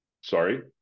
Sorry